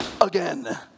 again